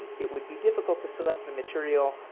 and it would be difficult to select the material,